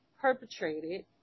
perpetrated